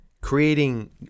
Creating